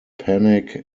panic